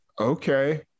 okay